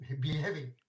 behaving